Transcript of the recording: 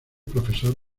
profesor